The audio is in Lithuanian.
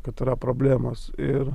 kad yra problemos ir